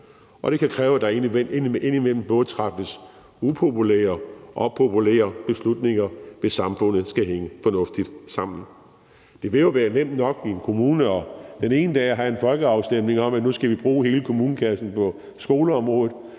Det kan kræve, at der indimellem træffes både upopulære og populære beslutninger, hvis samfundet skal hænge fornuftigt sammen. Det ville jo være nemt nok i en kommune den ene dag at have en folkeafstemning om, at nu skal man bruge hele kommunekassen på skoleområdet